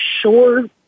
sure